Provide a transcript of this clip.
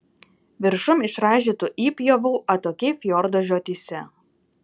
viršum išraižytų įpjovų atokiai fjordo žiotyse